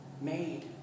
made